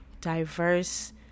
diverse